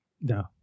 No